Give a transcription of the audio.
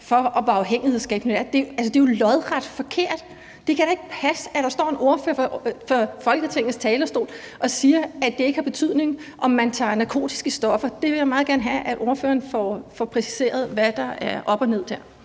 til hvor afhængighedsskabende det er. Altså, det er jo lodret forkert. Det kan da ikke passe, at der står en ordfører på Folketingets talerstol og siger, at det ikke har betydning, at man tager narkotiske stoffer. Det vil jeg meget gerne have at ordføreren får præciseret, altså hvad der er op og ned der.